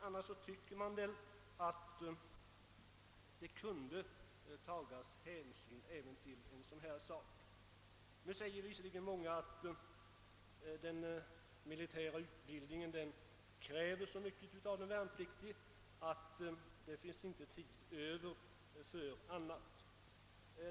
Annars tycker man väl att hänsyn kunde tas även till ett sådant skäl. Nu säger visserligen många att den militära utbildningen kräver så mycket av den värnpliktige, att det inte finns tid över för annat.